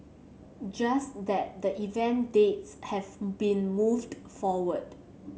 just that the event dates have been moved forward